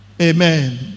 Amen